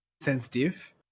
sensitive